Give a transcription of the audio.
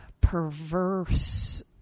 perverse